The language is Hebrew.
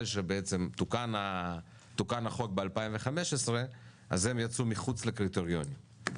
שבעצם תוקן החוק ב-2015 אז הם יצאו מחוץ לקריטריונים.